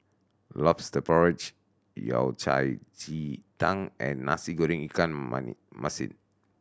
Lobster Porridge Yao Cai ji tang and Nasi Goreng ikan masin